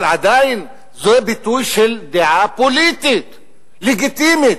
אבל עדיין זה ביטוי של דעה פוליטית לגיטימית,